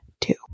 two